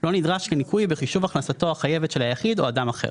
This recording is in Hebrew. לא נדרש בניכוי בחישוב הכנסתו החייבת של היחיד או אדם אחר;